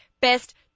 best